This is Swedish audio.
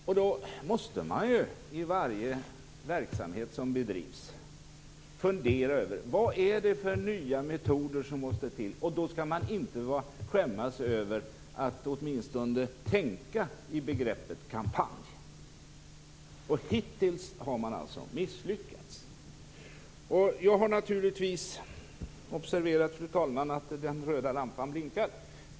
Då måste man ju i varje verksamhet som bedrivs fundera över vilka nya metoder som måste till. Då skall man inte skämmas över att åtminstone tänka i begreppet kampanj. Och hittills har man misslyckats. Jag har naturligtvis observerat, fru talman, att den röda lampan blinkar.